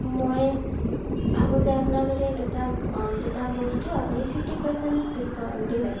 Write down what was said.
মই ভাবোঁ যে আপোনাৰ যদি দুটা দুটা বস্তু আপুনি ফিফটি পাৰ্চেণ্ট ডিছকাউণ্ট দিলে